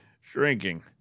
Shrinking